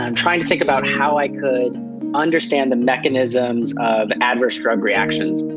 and trying to think about how i could understand the mechanisms of adverse drug reactions.